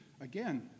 again